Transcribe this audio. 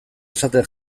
esaten